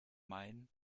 main